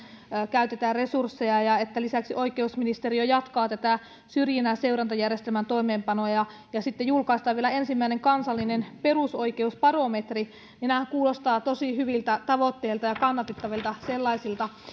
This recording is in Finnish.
käytetään resursseja ja että lisäksi oikeusministeriö jatkaa syrjinnän seurantajärjestelmän toimeenpanoa ja ja sitten julkaistaan vielä ensimmäinen kansallinen perusoikeusbarometri nämä kuulostavat tosi hyviltä tavoitteilta ja kannatettavilta sellaisilta